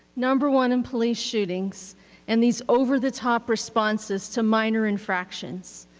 number one in police shootings and these over-the-top responses to minor infractions.